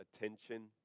attention